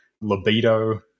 libido